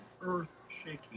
earth-shaking